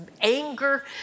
anger